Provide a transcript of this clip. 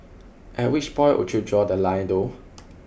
at which point would you draw the line though